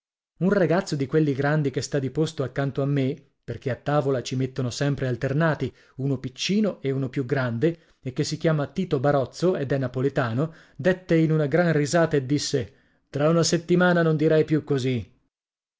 un ragazzo di quelli grandi che sta di posto accanto a me perché a tavola ci mettono sempre alternati uno piccino e uno più grande e che si chiama tito barozzo ed è napoletano dètte in una gran risata e disse tra una settimana non dirai più così